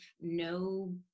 no